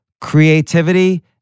creativity